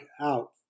out